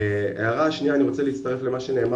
הערה שנייה אני רוצה להצטרף למה שנאמר